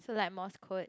so like morse code